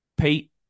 Pete